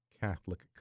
Catholic